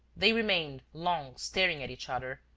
they remained long staring at each other,